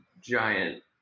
giant